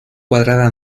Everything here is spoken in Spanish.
cuadrada